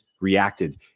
reacted